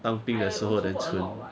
当兵的时候 then 存